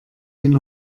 den